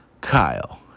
Kyle